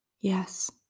Yes